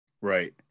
right